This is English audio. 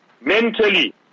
mentally